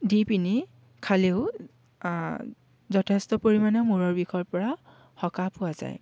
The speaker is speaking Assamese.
দি পিনি খালেও যথেষ্ট পৰিমাণে মূৰৰ বিষৰ পৰা সকাহ পোৱা যায়